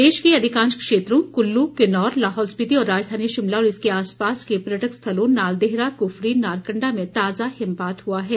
प्रदेश के अधिकांश क्षेत्रों कुल्लू किन्नौर लाहौल स्पिति और राजधानी शिमला और इसके आसपास के पर्यटक स्थलों नालदेहरा कुफरी नारकंडा में ताजा हिमपात हुआ है